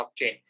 blockchain